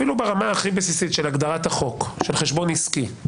אפילו ברמה הכי בסיסית של הגדרת החוק של חשבון עסקי,